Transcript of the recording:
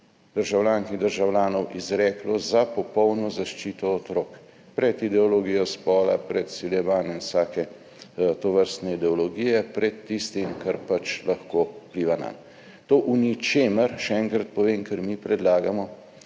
državljank in državljanov izreklo za popolno zaščito otrok pred ideologijo spola, pred izsiljevanjem vsake tovrstne ideologije, pred tistim, kar pač lahko vpliva nanj. To v ničemer, še enkrat povem, kar mi predlagamo,